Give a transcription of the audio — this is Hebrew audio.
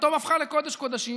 פתאום הפכה לקודש קודשים.